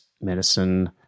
medicine